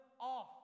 off